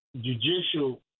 judicial